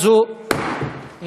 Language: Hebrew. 11:00.